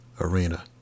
arena